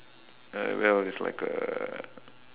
uh well there's like a